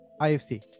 IFC